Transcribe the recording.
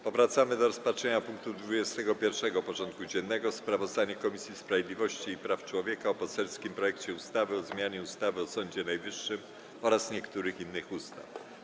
Powracamy do rozpatrzenia punktu 21. porządku dziennego: Sprawozdanie Komisji Sprawiedliwości i Praw Człowieka o poselskim projekcie ustawy o zmianie ustawy o Sądzie Najwyższym oraz niektórych innych ustaw.